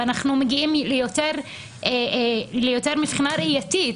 ואנחנו מגיעים ליותר מבחינה ראייתית,